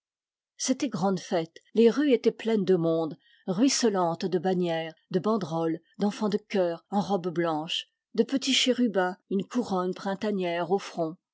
c'était grande fête les rues étaient pleines de monde ruisselantes de bannières de banderoles d'enfans de chœur en robes blanches de petits chérubins une couronne printanière au front